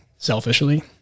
selfishly